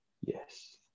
Yes